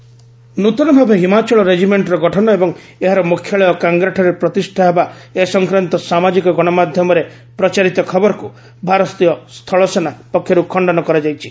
Indian army ନୃତନ ଭାବେ ହିମାଚଳ ରେଜିମେଣ୍ଟର ଗଠନ ଏବଂ ଏହାର ମୁଖ୍ୟାଳୟ କାଙ୍ଗ୍ରାଠାରେ ପ୍ରତିଷ୍ଠା ହେବା ସଂକ୍ରାନ୍ତ ସାମାଜିକ ଗଣମାଧ୍ୟମରେ ପ୍ରଚାରିତ ଖବରକୁ ଭାରତୀୟ ସ୍ଥଳସେନା ପକ୍ଷରୁ ଖଣ୍ଡନ କରାଯାଇଛି